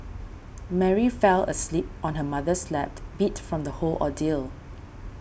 Mary fell asleep on her mother's lap beat from the whole ordeal